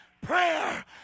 prayer